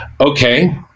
okay